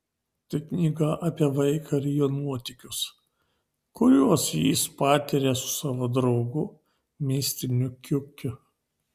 tai knyga apie vaiką ir jo nuotykius kuriuos jis patiria su savo draugu mistiniu kiukiu